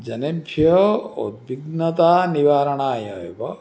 जनेभ्यो विघ्नता निवारणाय एव